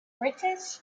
british